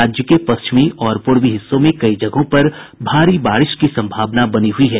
राज्य के पश्चिमी और पूर्वी हिस्सों में कई जगहों पर भारी बारिश की संभावना बनी हुई है